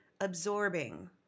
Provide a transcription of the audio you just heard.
absorbing